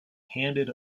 handed